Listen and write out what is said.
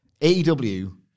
AEW